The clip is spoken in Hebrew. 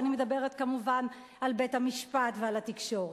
ואני מדברת כמובן על בית-המשפט ועל התקשורת.